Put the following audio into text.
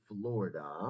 Florida